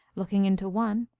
looking into one,